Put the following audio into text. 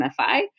MFI